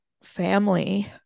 family